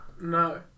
No